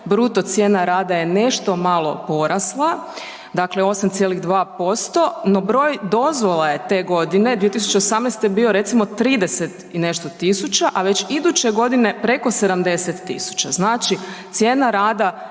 bruto cijena rada je nešto malo porasla, dakle 8,2% no broj dozvola je te godine 2018. bio recimo 30 i nešto tisuća a već iduće godine preko 70 000. Znači cijena rada